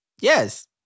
Yes